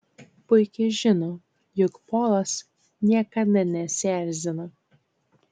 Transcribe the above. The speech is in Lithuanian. puikiai žino jog polas niekada nesierzina